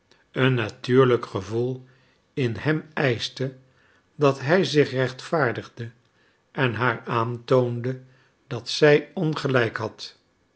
een natuurlijk gevoel in hem eischte dat hij zich rechtvaardigde en haar aantoonde dat zij ongelijk had